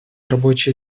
рабочие